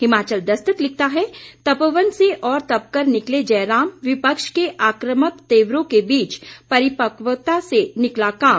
हिमाचल दस्तक लिखता है तपोवन से और तपकर निकले जयराम विपक्ष के आक्रमक तेवरों के बीच परिपवक्ता से निकला काम